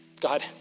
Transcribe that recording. God